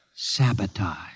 Sabotage